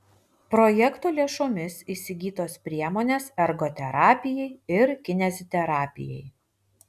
projekto lėšomis įsigytos priemonės ergoterapijai ir kineziterapijai